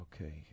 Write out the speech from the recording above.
Okay